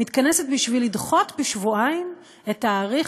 היא מתכנסת בשביל לדחות בשבועיים את תאריך,